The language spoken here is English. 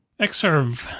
XServe